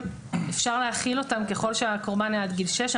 אפשר להחיל אותן ככל שהקורבן היה עד גיל שש.